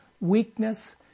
weakness